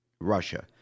Russia